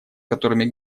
которыми